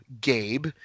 Gabe